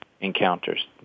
encounters